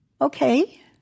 Okay